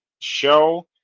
show